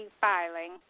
filing